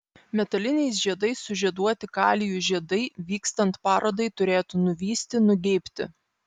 metaliniais žiedais sužieduoti kalijų žiedai vykstant parodai turėtų nuvysti nugeibti